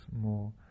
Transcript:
more